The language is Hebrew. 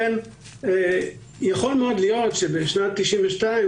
יכול מאוד להיות שבשנת 1992,